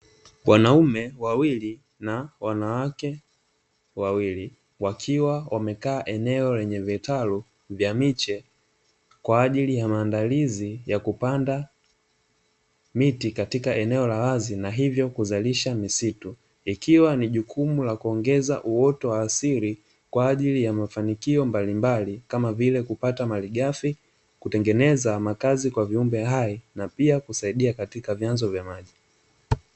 Wanaume wawili na wanawake wawili wakiwa wamekaa eneo lenye vitalu vya miche, kwa ajili ya maandalizi ya kupanda miti katika eneo la wazi na hivyo kuzalisha misitu, ikiwa ni jukumu la kuongeza uoto wa asili kwa ajili ya mafanikio mbalimbali kama vile kupata malighafi, kutengeneza makazi kwa viumbe hai, na pia kusaidia katika vyanzo vya maji.